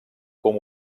com